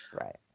Right